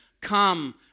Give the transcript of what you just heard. come